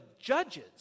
Judges